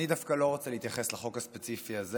אני דווקא לא רוצה להתייחס לחוק הספציפי הזה.